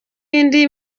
indi